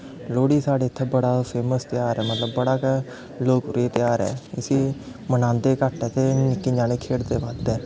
लोह्ड़ी साढ़े इत्थै बड़ा फेमस तेहार ऐ मतलब बड़ा गै तेहार ऐ ते इस्सी मनांदे घट्ट ऐ ते निक्के ञ्यांनें खेढदे बद्द न